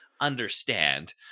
understand